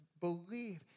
believe